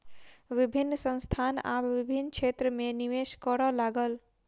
विभिन्न संस्थान आब विभिन्न क्षेत्र में निवेश करअ लागल